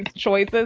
and choice? but